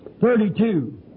Thirty-two